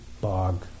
bog